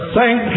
Thank